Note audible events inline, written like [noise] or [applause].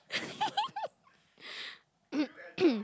[laughs] [coughs]